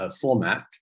format